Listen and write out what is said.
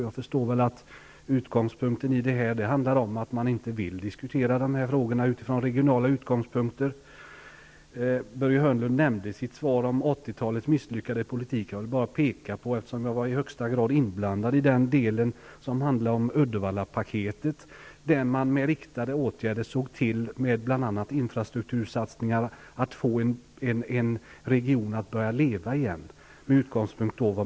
Jag förstår att orsaken till detta är att regeringen inte vill diskutera dessa frågor utifrån regionala utgångspunkter. Börje Hörnlund nämnde i sitt svar 80-talets misslyckade politik. Jag var i högsta grad inblandad i den del som rörde Uddevallapaketet, där man med riktade åtgärder och bl.a. infrastruktursatsningar såg till att få en region att börja leva igen.